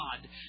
God